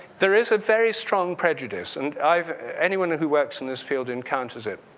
there is a very strong prejudice and i've anyone who works in this field encounters it.